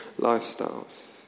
lifestyles